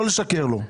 לא לשקר לו.